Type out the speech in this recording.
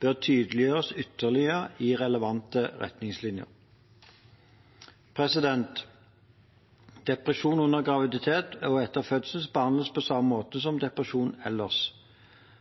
bør tydeliggjøres ytterligere i relevante retningslinjer. Depresjon under graviditet og etter fødsel behandles på samme måte som depresjon ellers.